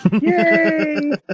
Yay